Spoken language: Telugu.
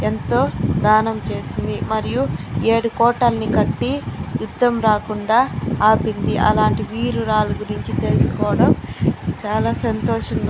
ఎంతో దానం చేసింది మరియు ఏడు కోటలని కట్టి యుద్ధం రాకుండా ఆపింది అలాంటి వీరురాలు గురించి తెలుసుకోవడం చాలా సంతోషం